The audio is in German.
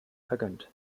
vergönnt